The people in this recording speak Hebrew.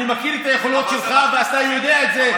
אני מכיר את היכולות שלך ואתה יודע את זה.